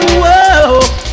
whoa